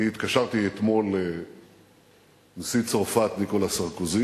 אני התקשרתי אתמול לנשיא צרפת ניקולא סרקוזי